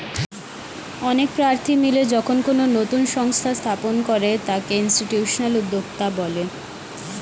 অনেক প্রার্থী মিলে যখন কোনো নতুন সংস্থা স্থাপন করে তাকে ইনস্টিটিউশনাল উদ্যোক্তা বলে